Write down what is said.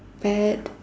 bad